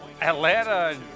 Atlanta